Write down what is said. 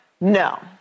No